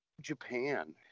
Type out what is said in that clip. Japan